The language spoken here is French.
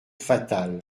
fatal